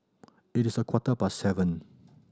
it is a quarter past seven